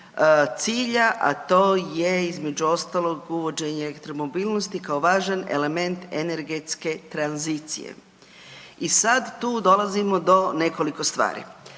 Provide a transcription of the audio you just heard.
cilja, a to je između ostalog uvođenje elektromobilnosti kao važan element energetske tranzicije. I sad tu dolazimo do nekoliko stvari.